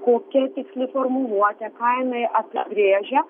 kokia tiksli formuluotė ką jinai apibrėžia